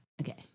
Okay